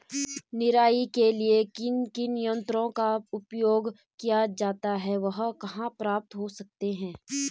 निराई के लिए किन किन यंत्रों का उपयोग किया जाता है वह कहाँ प्राप्त हो सकते हैं?